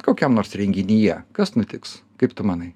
kokiam nors renginyje kas nutiks kaip tu manai